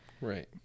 Right